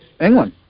England